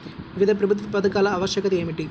వివిధ ప్రభుత్వా పథకాల ఆవశ్యకత ఏమిటి?